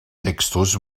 textos